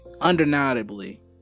undeniably